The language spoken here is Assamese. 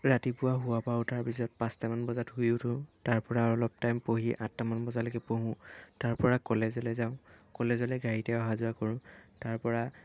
ৰাতিপুৱা শোৱাৰ পৰা উঠাৰ পাছত পাঁচটামান বজাত শুই উঠোঁ তাৰপৰা অলপ টাইম পঢ়ি আঠটামান বজালৈকে পঢ়োঁ তাৰপৰা কলেজলৈ যাওঁ কলেজলৈ গাড়ীতে অহা যোৱা কৰোঁ তাৰপৰা